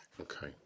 Okay